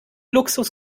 luxus